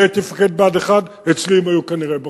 אני הייתי מפקד בה"ד 1; אצלי הם היו כנראה בחוץ,